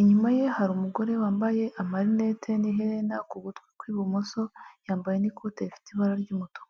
inyuma ye hari umugore wambaye amarinette n'ihena ku gutwi kw'ibumoso yambaye n'ikote rifite ibara ry'umutuku.